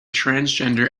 transgender